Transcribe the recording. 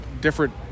different